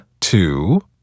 two